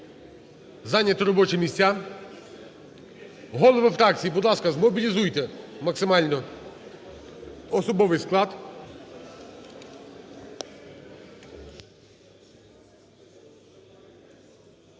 зайняти робочі місця. Голови фракцій, будь ласка, змобілізуйте максимально особовий склад.